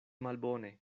malbone